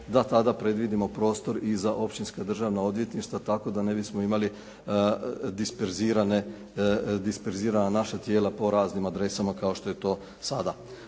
da tada predvidimo prostor i za općinska državna odvjetništva tako da ne bismo imali disperzirana naša tijela po raznim adresama kao što je to sada.